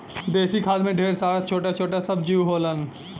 देसी खाद में ढेर सारा छोटा छोटा सब जीव होलन